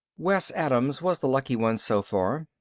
wes adams was the lucky one so far.